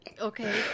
okay